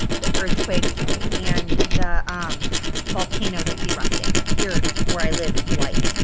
the earthquakes and the um volcano that's erupting here where i live in hawaii.